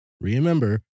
remember